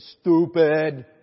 stupid